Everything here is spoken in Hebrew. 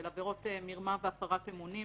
של עבירות מרמה והפרת אמונים,